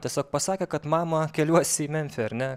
tiesiog pasakė kad mama keliuosi į memfį ar ne